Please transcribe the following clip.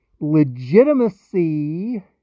Legitimacy